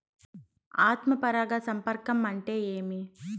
ఆత్మ పరాగ సంపర్కం అంటే ఏంటి?